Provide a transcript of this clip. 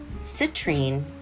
citrine